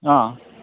অঁ